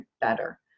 better